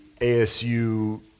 ASU